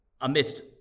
amidst